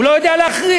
הוא לא יודע להכריע.